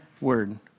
word